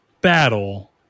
battle